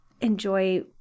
enjoy